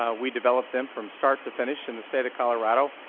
ah we develop them from start to finish in the state of colorado.